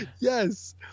Yes